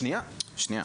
שנייה,